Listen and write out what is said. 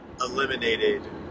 eliminated